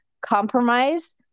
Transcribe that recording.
compromise